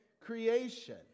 creation